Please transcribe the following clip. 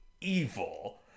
evil